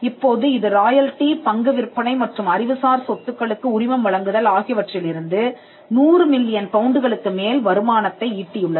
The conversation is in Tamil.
இப்போது இது ராயல்டி பங்கு விற்பனை மற்றும் அறிவுசார் சொத்துக்களுக்கு உரிமம் வழங்குதல் ஆகியவற்றிலிருந்து 100 மில்லியன் பவுண்டுகளுக்கு மேல் வருமானத்தை ஈட்டியுள்ளது